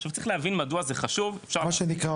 עכשיו צריך להבין מדוע זה חשוב --- מה שנקרא,